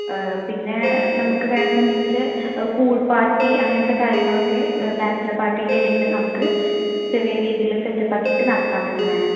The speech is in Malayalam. പിന്നെ നമുക്ക് വേണം എന്നുണ്ടെങ്കിൽ പൂൾ പാർട്ടി അങ്ങനത്തെ കാര്യങ്ങളൊക്കെ ബാച്ചലർ പാർട്ടിൻ്റെ ഇടയിൽ നമുക്ക് ചെറിയ രീതിയിൽ സെറ്റപ്പ് ആക്കിയിട്ട് നടത്താൻ പറ്റുന്നതാണ്